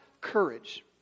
courage